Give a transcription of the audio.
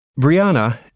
Brianna